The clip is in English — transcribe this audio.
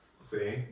See